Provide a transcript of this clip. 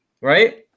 right